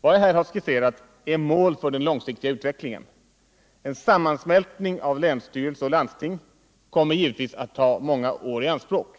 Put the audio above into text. Vad jag här har skisserat är mål för den långsiktiga utvecklingen. En sammansmältning av länsstyrelse och landsting kommer givetvis att ta många år i anspråk.